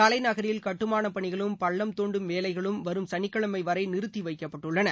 தலைநகரில் கட்டுமானப் பணிகளும் பள்ளம் தோண்டும் வேலைகளும் வரும் சனிக்கிழமை வரை நிறுத்தி வைக்கப்பட்டுள்ளன